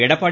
Edappadi